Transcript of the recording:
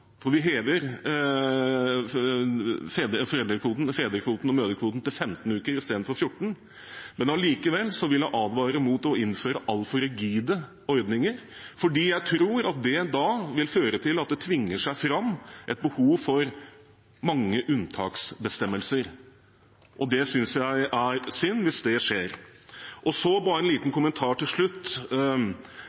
for vi hever fedre- og mødrekvoten til 15 uker i stedet for 14. Allikevel vil jeg advare mot å innføre altfor rigide ordninger, for jeg tror det vil føre til at det tvinger seg fram et behov for mange unntaksbestemmelser, og jeg synes det er synd hvis det skjer. Bare en liten kommentar til slutt: